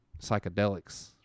psychedelics